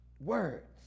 words